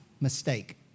mistake